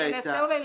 תאפשר לי להסביר.